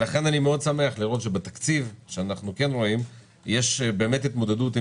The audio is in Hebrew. לכן אני שמח מאוד לראות שבתקציב יש התמודדות עם